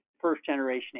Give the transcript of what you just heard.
first-generation